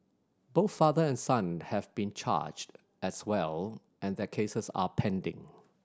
both father and son have been charged as well and their cases are pending